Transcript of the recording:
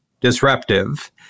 disruptive